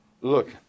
Look